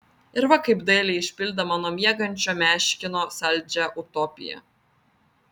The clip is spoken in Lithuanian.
ir va kaip dailiai išpildė mano miegančio meškino saldžią utopiją